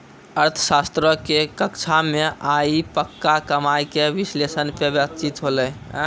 अर्थशास्त्रो के कक्षा मे आइ पक्का कमाय के विश्लेषण पे बातचीत होलै